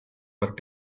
for